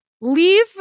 leave